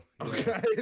Okay